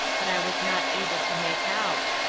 but i was not able to make out.